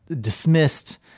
dismissed